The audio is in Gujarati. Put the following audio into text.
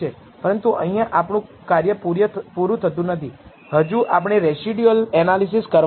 પરંતુ અહીંયા આપણું કાર્ય પૂરું નથી થતું હજુ આપણે રેસીડ્યુઅલ એનાલિસિસ કરવાનું છે